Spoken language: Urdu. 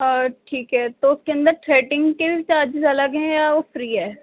اور ٹھیک ہے تو اس کے اندر تھریٹنگ کے چارجیز الگ ہیں یا وہ فری ہے